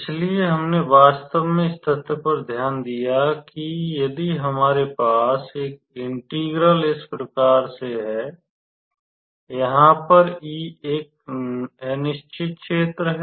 इसलिए हमने वास्तव में इस तथ्य पर ध्यान दिया कि यदि हमारे पास एक इंटीग्रल इस प्रकार से है यहाँ पर E एक अनिश्चित क्षेत्र है